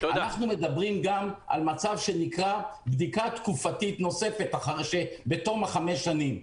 אנחנו גם מדברים על בדיקה תקופתית נוספת בתום חמש השנים,